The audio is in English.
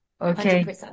Okay